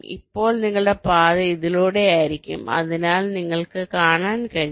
അപ്പോൾ നിങ്ങളുടെ പാത ഇതിലൂടെയായിരിക്കും അതിനാൽ നിങ്ങൾക്ക് കാണാൻ കഴിയും